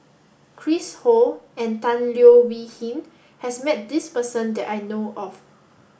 Chris Ho and Tan Leo Wee Hin has met this person that I know of